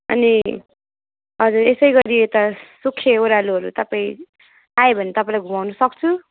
अनि अरू यसै गरी यता सुखे ओह्रालोहरू तपाईँ आए भने तपाईँलाई घुमाउनु सक्छु